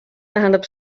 tähendab